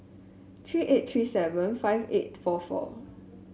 three eight three seven five eight four four